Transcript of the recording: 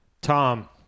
Tom